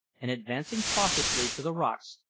and advancing cautiously to the rocks,